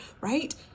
right